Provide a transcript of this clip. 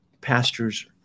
pastors